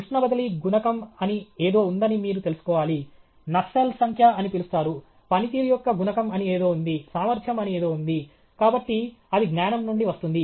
ఉష్ణ బదిలీ గుణకం అని ఏదో ఉందని మీరు తెలుసుకోవాలి నస్సెల్స్ Nusselt's సంఖ్య అని పిలుస్తారు పనితీరు యొక్క గుణకం అని ఏదో ఉంది సామర్థ్యం అని ఏదో ఉంది కాబట్టి అది జ్ఞానం నుండి వస్తుంది